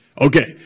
Okay